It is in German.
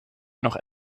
noch